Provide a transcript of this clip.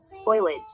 spoilage